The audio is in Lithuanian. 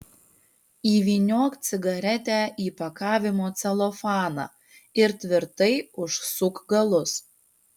įvyniok cigaretę į pakavimo celofaną ir tvirtai užsuk galus